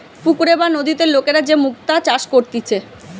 পুকুরে বা নদীতে লোকরা যে মুক্তা চাষ করতিছে